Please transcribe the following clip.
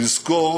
לזכור